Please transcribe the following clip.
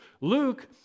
Luke